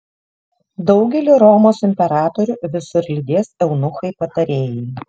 daugelį romos imperatorių visur lydės eunuchai patarėjai